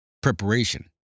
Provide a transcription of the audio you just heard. Preparation